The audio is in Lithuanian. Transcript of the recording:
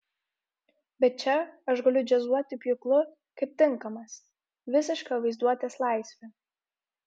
bet čia aš galiu džiazuoti pjūklu kaip tinkamas visiška vaizduotės laisvė